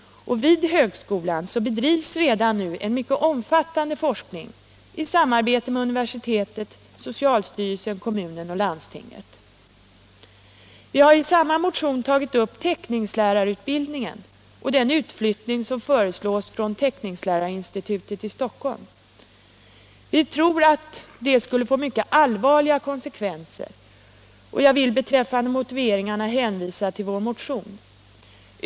Och vid högskolan bedrivs redan nu en mycket om forskning inom Vi har i samma motion tagit upp teckningslärarutbildningen och den utflyttning som föreslås från teckningslärarinstitutet i Stockholm. Vi tror att den skulle få allvarliga konsekvenser, och jag vill beträffande motiveringarna hänvisa till vår motion.